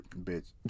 bitch